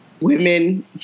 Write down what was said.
women